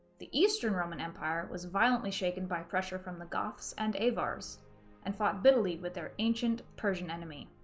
the eastern roman empire was violently shaken by pressure from the goths and avars and fought bitterly with their ancient persian enemy.